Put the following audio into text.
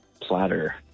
platter